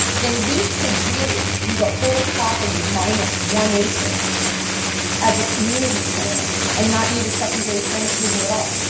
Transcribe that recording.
then we could really do the whole property minus one acre as a community plan and not need a secondary plan approval at all.